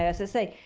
as i say,